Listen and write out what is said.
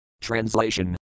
Translation